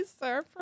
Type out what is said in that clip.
Sir